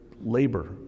labor